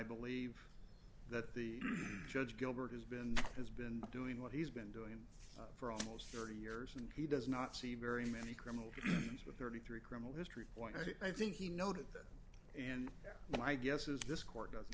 believe that the judge gilbert has been has been doing what he's been doing for almost thirty years and he does not see very many criminal is with thirty three criminal history point i think he noted that and my guess is this court doesn't